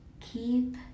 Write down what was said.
keep